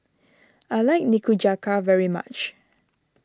I like Nikujaga very much